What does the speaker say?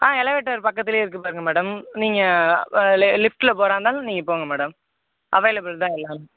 ஆ elevator பக்க பக்கத்திலயே இருக்கு பாருங்கள் மேடம் நீங்கள் லே லிஃப்ட்டில் போறாந்தாலும் நீங்கள் போங்க மேடம் அவைலபுல் தான் எல்லாமே